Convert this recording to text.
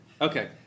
Okay